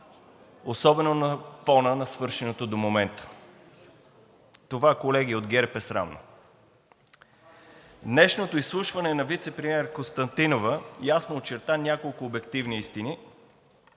особено на фона на свършеното до момента. Това, колеги от ГЕРБ, е срамно! Днешното изслушване на вицепремиера Константинова ясно очерта няколко обективни истини,